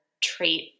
trait